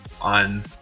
on